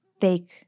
fake